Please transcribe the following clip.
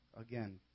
Again